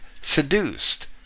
seduced